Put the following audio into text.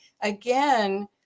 again